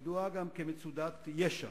הידועה גם כמצודת ישע,